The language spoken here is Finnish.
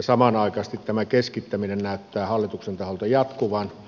samanaikaisesti tämä keskittäminen näyttää hallituksen taholta jatkuvan